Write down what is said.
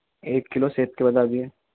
ایک کلو سیب کے بتا دیجیے